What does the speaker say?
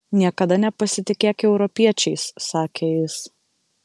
niekada nepasitikėk europiečiais sakė jis